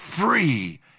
free